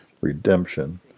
redemption